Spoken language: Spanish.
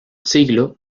siglo